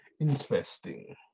Interesting